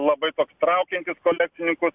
labai toks traukiantis kolekcininkus